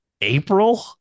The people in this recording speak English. April